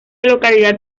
localidad